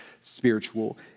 spiritual